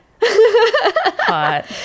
Hot